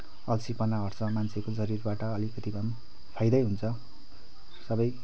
अल्छीपना हट्छ मान्छेको शरीरबाट अलिकति भएपनि फाइदै हुन्छ सबै